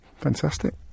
Fantastic